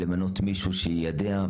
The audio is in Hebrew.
למנות מישהו שיידע,